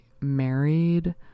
married